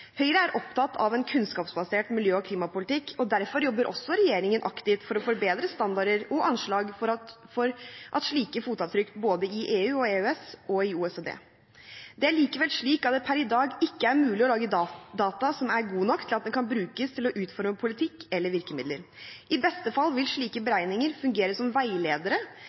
Høyre er opptatt av en kunnskapsbasert miljø- og klimapolitikk og derfor jobber også regjeringen aktivt for å forbedre standarder og anslag av slike fotavtrykk både i EU/EØS og i OECD. Det er likevel slik at det per i dag ikke er mulig å lage data som er gode nok til at de kan brukes til å utforme politikk eller virkemidler. I beste fall vil slike beregninger fungere som veiledere